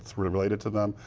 sort of related to them,